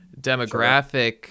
demographic